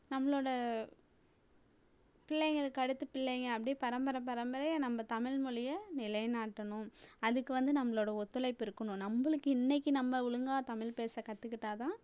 நம்மளோட பிள்ளைங்களுக்கு அடுத்து பிள்ளைங்கள் அப்படியே பரம்பர பரம்பரையாக நம்ம தமிழ்மொலிய நிலைநாட்டணும் அதுக்கு வந்து நம்மளோட ஒத்துழைப்பு இருக்கணும் நம்மளுக்கு இன்றைக்கு நம்ம ஒழுங்கா தமிழ் பேச கத்துக்கிட்டால் தான்